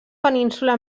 península